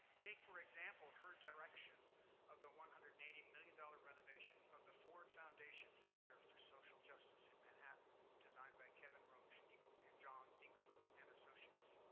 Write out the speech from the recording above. take for example her direction of the one hundred and eighty million dollars renovation of the ford foundation center for social justice in manhattan, designed by kevin roche and john dinkeloo and associates,